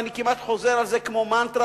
ואני כמעט חוזר על זה כמו מנטרה,